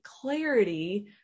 clarity